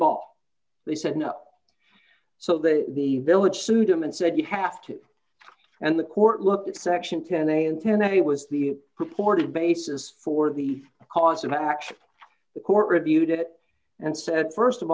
ball they said no so that the village sued them and said you have to and the court looked at section ten a and ten that it was the purported basis for the cause of action the court reviewed it and said st of